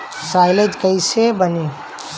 Silage कईसे बनी?